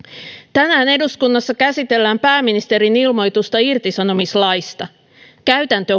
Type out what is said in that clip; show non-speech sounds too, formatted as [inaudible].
tänään eduskunnassa käsitellään pääministerin ilmoitusta irtisanomislaista käytäntö [unintelligible]